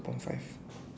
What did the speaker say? two point five